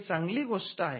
हे चांगली गोष्ट आहे